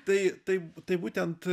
tai tai tai būtent